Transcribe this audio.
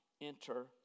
enter